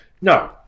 no